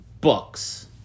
books